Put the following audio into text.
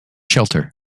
shelter